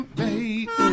baby